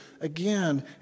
again